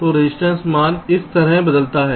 तो रजिस्टेंस मान इस तरह बदलता है